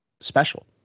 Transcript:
special